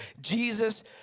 Jesus